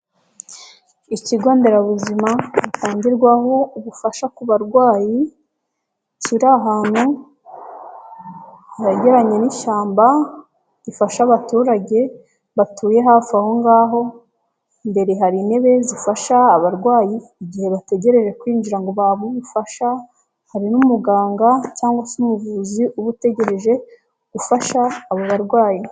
Ikigo nderabuzima gitangirwaho ubufasha ku barwayi, kiri ahantu hegeranye n'ishyamba rifasha abaturage batuye hafi aho ngaho, imbere hari intebe zifasha abarwayi igihe bategereje kwinjira ngo bahabwe ubufasha, hari n'umuganga cyangwa se umuvuzi uba utegereje gufasha abo barwayi.